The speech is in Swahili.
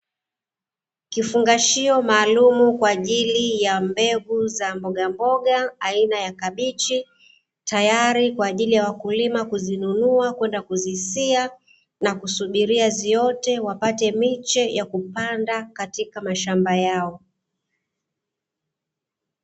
Kifungashio maalumu kwa ajili ya mbegu za mbogamboga aina ya kabichi, tayari kwa ajili ya wakulima kuzinunua kwenda kuzisiha na kusubiria ziote, wapate miche ya kupanda katika mashamba yao.